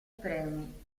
premi